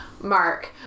Mark